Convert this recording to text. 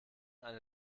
eine